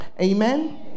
Amen